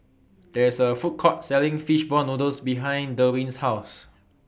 There IS A Food Court Selling Fish Ball Noodles behind Derwin's House